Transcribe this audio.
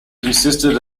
consisted